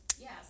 Yes